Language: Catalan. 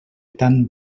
tan